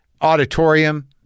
auditorium